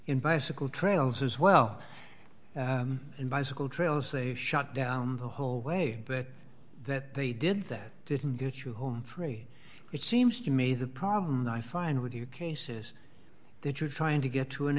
bicycle trails as well bicycle trails they shut down the whole way that that they did that didn't get you home free it seems to me the problem that i find with you case is that you're trying to get to an